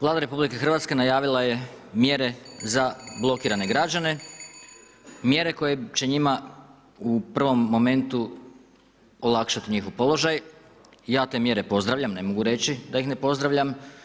Vlada RH najavila je mjere za blokirane građane, mjere koje će njima u prvom momentu olakšati njihov položaj, ja te mjere pozdravljam, ne mogu reći da ih ne pozdravljam.